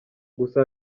gusa